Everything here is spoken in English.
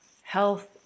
health